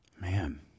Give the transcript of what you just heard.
man